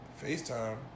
FaceTime